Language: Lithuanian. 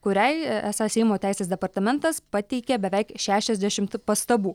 kuriai esą seimo teisės departamentas pateikė beveik šešiasdešimt pastabų